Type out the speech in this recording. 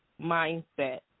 mindset